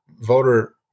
voter